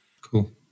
Cool